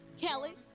Kelly